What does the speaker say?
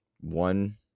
one